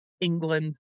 England